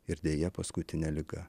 ir deja paskutinė liga